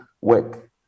work